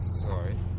Sorry